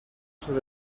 sus